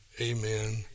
amen